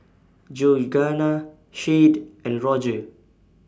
Georganna Shade and Rodger